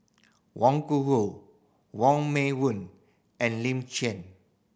Wang Gungwu Wong Meng Voon and Lin Chen